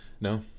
No